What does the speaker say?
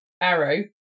arrow